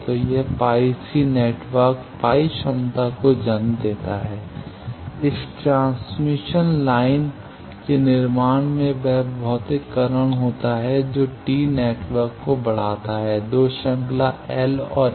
तो यह πC network π क्षमता को जन्म देता है इस ट्रांसमिशन लाइन के निर्माण से वह भौतिककरण होता है जो T नेटवर्क को बढ़ाता है 2 श्रृंखला L और एक C